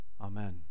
Amen